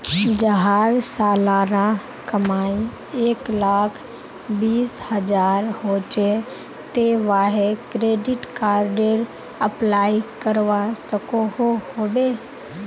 जहार सालाना कमाई एक लाख बीस हजार होचे ते वाहें क्रेडिट कार्डेर अप्लाई करवा सकोहो होबे?